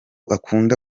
akunda